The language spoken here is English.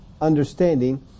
understanding